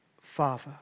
Father